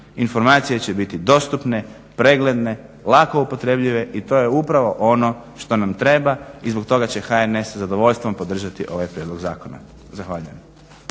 Informacije će biti dostupne, pregledne, lako upotrebljive i to je upravo ono što nam treba i zbog toga će HNS sa zadovoljstvom podržati ovaj prijedlog zakon. Zahvaljujem.